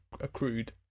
accrued